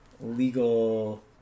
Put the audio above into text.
legal